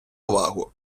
увагу